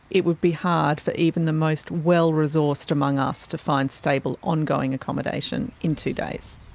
it would be hard for even the most well resourced among us to find stable, ongoing accommodation in two days.